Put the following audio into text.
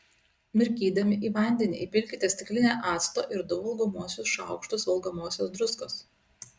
mirkydami į vandenį įpilkite stiklinę acto ir du valgomuosius šaukštus valgomosios druskos